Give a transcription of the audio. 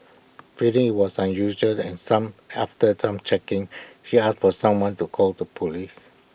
feeling IT was unusual and some after some checking she asked for someone to call the Police